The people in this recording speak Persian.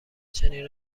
چنین